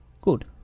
Good